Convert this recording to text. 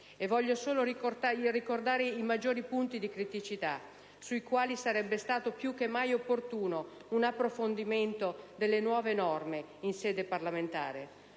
E voglio solo ricordare i punti di maggiore criticità, sui quali sarebbe stato più che mai opportuno un approfondimento delle nuove norme in sede parlamentare.